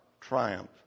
triumph